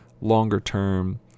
longer-term